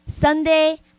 Sunday